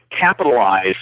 capitalize